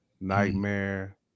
Nightmare